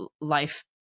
life